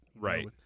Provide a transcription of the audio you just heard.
Right